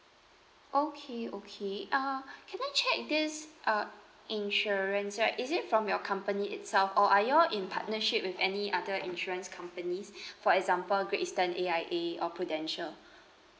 okay okay uh can I check this uh insurance right is it from your company itself or are you all in partnership with any other insurance companies for example great eastern A_I_A or prudential